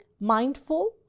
mindful